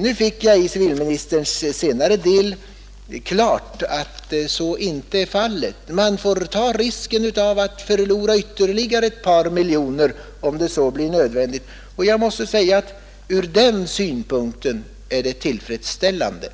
Nu har jag i civilministerns senaste anförande fått besked om att så inte är fallet; man får ta risken att förlora ytterligare ett par miljoner, om så blir nödvändigt. Från vår synpunkt är det ett tillfredsställande